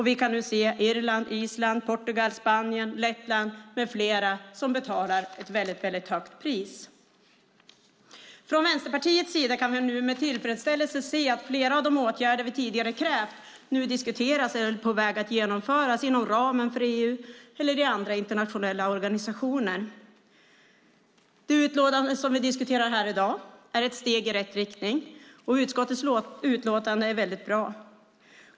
Vi kan nu se Irland, Island, Portugal, Spanien, Lettland med flera som betalar ett väldigt högt pris. Från Vänsterpartiets sida kan vi med tillfredsställelse se att flera av de åtgärder vi tidigare krävt nu diskuteras eller är på väg att genomföras inom ramen för EU eller i andra internationella organisationer. Det utlåtande som vi diskuterar här i dag är ett steg i rätt riktning, och utskottets utlåtande är väldigt bra.